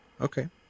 Okay